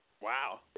Wow